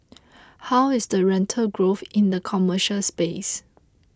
how is the rental growth in the commercial space